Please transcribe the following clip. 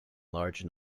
large